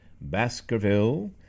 Baskerville